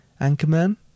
Anchorman